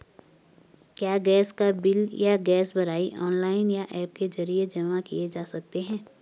क्या गैस का बिल या गैस भराई ऑनलाइन या ऐप के जरिये जमा किये जा सकते हैं?